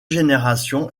génération